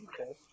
Okay